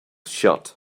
shut